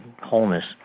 wholeness